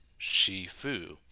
Shifu